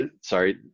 sorry